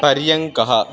पर्यङ्कः